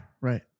Right